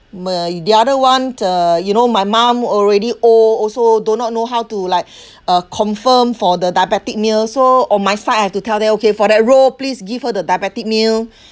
me~ the other [one] uh you know my mom already old also do not know how to like uh confirm for the diabetic meal so on my side I have to tell the okay for that row please give her the diabetic meal